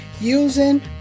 using